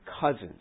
cousins